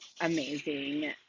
amazing